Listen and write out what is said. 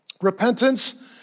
repentance